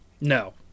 No